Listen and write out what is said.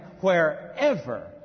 wherever